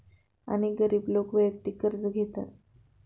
अनेक गरीब लोक वैयक्तिक कर्ज घेतात